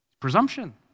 Presumption